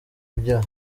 nkebya